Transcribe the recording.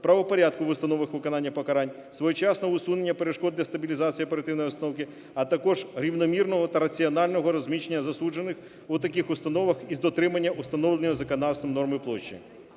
правопорядку в установах виконання покарань, своєчасного усунення перешкод для стабілізації оперативної обстановки, а також рівномірного та раціонального розміщення засуджених у таких установах із дотримання установлення законодавством норми площі.